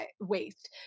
waste